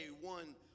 one